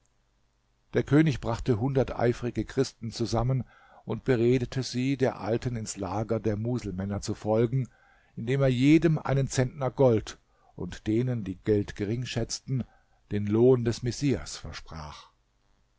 der könig brachte hundert eifrige christen zusammen und beredete sie der alten ins lager der muselmänner zu folgen indem er jedem einen zentner gold und denen die geld geringschätzten den lohn des messias versprach